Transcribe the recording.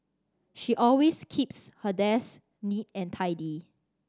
she always keeps her desk neat and tidy